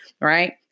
right